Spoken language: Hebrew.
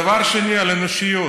על האופוזיציה,